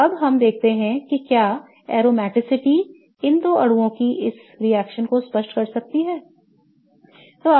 तो अब हम देखते हैं कि क्या aromaticity इन दो अणुओं की इस रिएक्शन को स्पष्ट कर सकती है